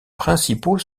principaux